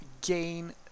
gain